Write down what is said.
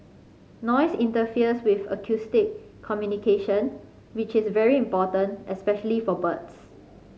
noise interferes with acoustic communication which is very important especially for birds